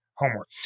homework